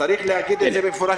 --- צריך להגיד את זה במפורש,